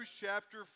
chapter